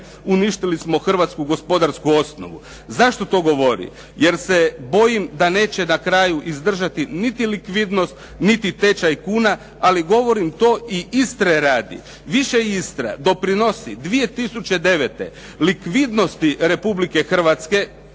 uništili smo hrvatsku gospodarsku osnovu. Zašto to govorim? jer se bojim da neće na kraju izdržati niti likvidnost, niti tečaj kuna, ali govorim to i Istre radi. Više Istra doprinosi 2009. likvidnosti Republike Hrvatske